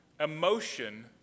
Emotion